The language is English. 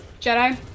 Jedi